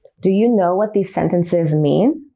do you know what these sentences mean?